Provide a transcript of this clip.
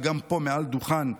וגם פה מעל דוכן המליאה,